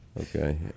Okay